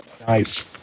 Nice